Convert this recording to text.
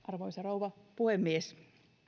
arvoisa rouva puhemies